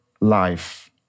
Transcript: life